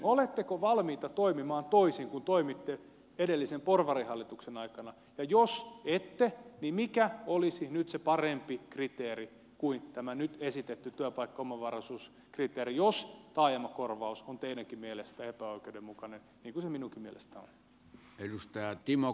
oletteko valmiita toimimaan toisin kuin toimitte edellisen porvarihallituksen aikana ja jos ette niin mikä olisi nyt se parempi kriteeri kuin tämä nyt esitetty työpaikkaomavaraisuuskriteeri jos taajamakorvaus on teidänkin mielestänne epäoikeudenmukainen niin kuin se minunkin mielestäni on